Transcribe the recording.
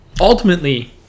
Ultimately